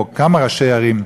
או כמה ראשי ערים,